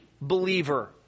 believer